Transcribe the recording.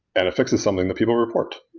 and a fix is something that people report,